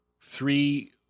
three